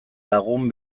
lagun